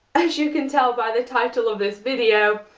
as you can tell by the title of this video,